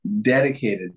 dedicated